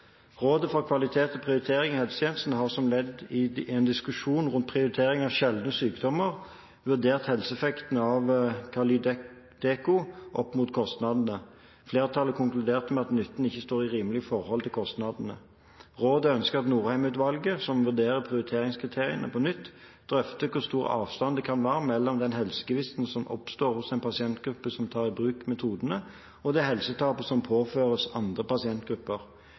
for kvalitet og prioritering i helsetjenesten har, som ledd i en diskusjon rundt prioriteringene av sjeldne sykdommer, vurdert helseeffekten av Kalydeco opp mot kostnadene. Flertallet konkluderte med at nytten ikke står i rimelig forhold til kostnadene. Rådet ønsker at Norheim-utvalget, som nå vurderer prioriteringskriteriene på nytt, drøfter hvor stor avstand det kan være mellom den helsegevinsten som oppstår hos en pasientgruppe som tar i bruk metodene, og det helsetapet som påføres andre pasientgrupper.